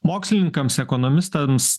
mokslininkams ekonomistams